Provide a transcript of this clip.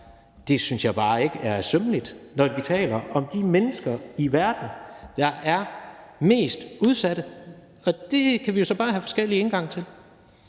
– synes jeg bare ikke er sømmeligt, når vi taler om de mennesker i verden, der er mest udsatte. Og det kan vi jo så bare have forskellige indgange til.